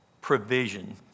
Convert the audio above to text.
provision